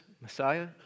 Messiah